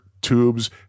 Tubes